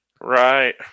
Right